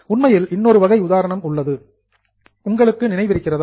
உண்மையில் இன்னொரு வகை உதாரணம் உள்ளது உங்களுக்கு நினைவிருக்கிறதா